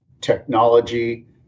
technology